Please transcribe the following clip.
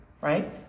right